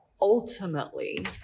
ultimately